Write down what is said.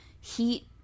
heat